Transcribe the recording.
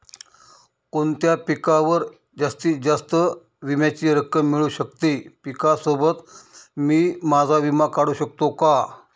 कोणत्या पिकावर जास्तीत जास्त विम्याची रक्कम मिळू शकते? पिकासोबत मी माझा विमा काढू शकतो का?